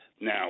Now